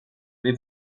mais